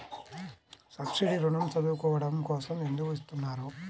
Subsidy ఋణం చదువుకోవడం కోసం ఎందుకు ఇస్తున్నారు?